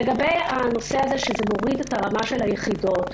לגבי הטענה שזה מוריד את רמת היחידות,